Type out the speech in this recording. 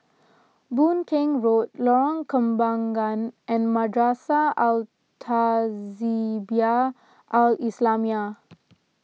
Boon Keng Road Lorong Kembagan and Madrasah Al Tahzibiah Al Islamiah